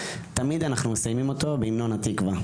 תמיד אנחנו מסיימים אותו בהמנון התקווה.